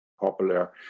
popular